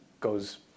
goes